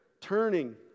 turning